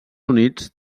units